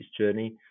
journey